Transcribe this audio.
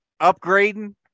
upgrading